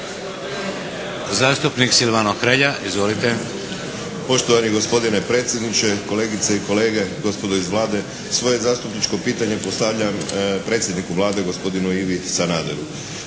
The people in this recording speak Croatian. **Hrelja, Silvano (HSU)** Poštovani gospodine predsjedniče, kolegice i kolege, gospodo iz Vlade. Svoje zastupničko pitanje postavljam predsjedniku Vlade gospodinu Ivi Sanaderu.